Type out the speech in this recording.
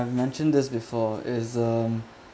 I mentioned this before is um